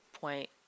point